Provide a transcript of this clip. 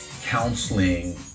counseling